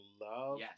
love